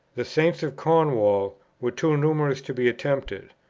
the saints of cornwall were too numerous to be attempted.